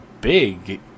big